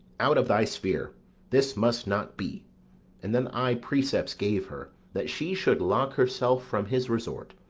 out of thy sphere this must not be and then i precepts gave her, that she should lock herself from his resort,